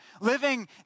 living